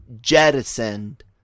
jettisoned